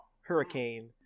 hurricane